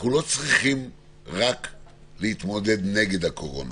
אנחנו לא צריכים רק להתמודד נגד הקורונה.